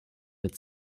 mit